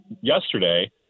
yesterday